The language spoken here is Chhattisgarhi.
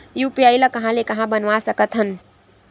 यू.पी.आई ल कहां ले कहां ले बनवा सकत हन?